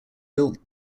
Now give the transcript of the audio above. built